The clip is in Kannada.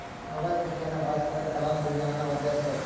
ಮೊಬೈಲ್ ಸಂಖ್ಯೆಯನ್ನ ಬಳಸಕೊಂಡ ಫಲಾನುಭವಿಗೆ ಹಣನ ವರ್ಗಾಯಿಸಬೋದ್